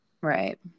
Right